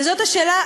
וזאת השאלה,